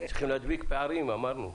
צריכים להדביק פערים, אמרנו.